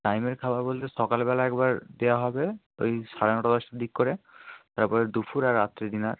টাইমের খাবার বলতে সকাল বেলা একবার দেয়া হবে ওই সাড়ে নটা দশটার দিক করে তারপরে দুফুর আর রাত্রে ডিনার